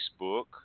Facebook